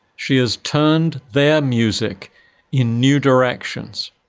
she has turned their music in new directions.